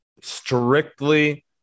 strictly